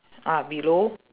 ah below